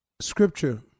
Scripture